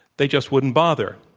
they just wouldn't bother.